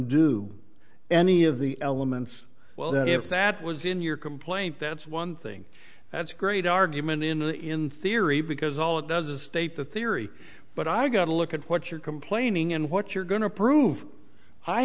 undo any of the elements well that if that was in your complaint that's one thing that's a great argument in a in theory because all it does a state the theory but i gotta look at what you're complaining and what you're going to prove i